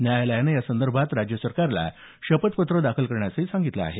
न्यायालयानं यासंदर्भात राज्यसरकारला शपथपत्र दाखल करण्यास सांगितलं आहे